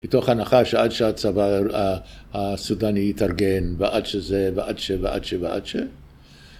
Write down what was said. מתוך הנחה עד שהצבא הסודני ‫יתארגן ועד שזה, ועד ש...